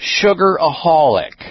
sugaraholic